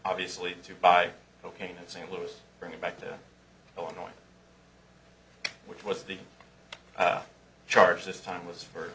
obviously to buy cocaine and st louis bring it back to illinois which was the charge this time was for